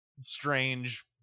strange